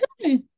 okay